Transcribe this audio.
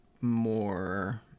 more